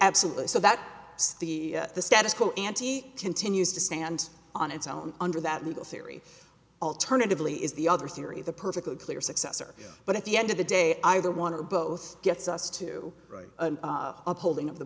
absolutely so that the status quo ante continues to stand on its own under that legal theory alternatively is the other theory the perfectly clear successor but at the end of the day either one or both gets us to upholding of the